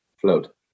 float